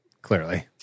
Clearly